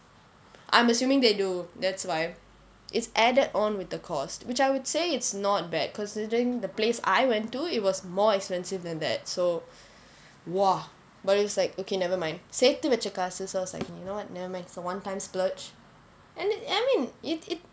I'm assuming they do that's why is added on with the cost which I would say it's not bad considering the place I went to it was more expensive than that so !wah! but it's like okay never mind சேர்த்து வைச்ச காசு:serthu vaicha kaasu so I was like you know never mind it's a one time splurge and I mean it it